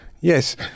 Yes